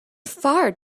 far